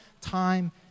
time